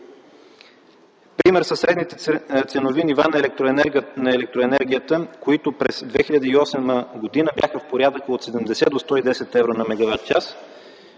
Пример са средните ценови нива на електроенергията, които през 2008 г. бяха в порядъка от 70 до 110 евро на мегаватчас,